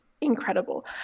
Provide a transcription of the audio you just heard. incredible